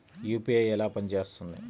UPI ఎలా పనిచేస్తుంది?